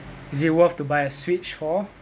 is it worth to buy a switch for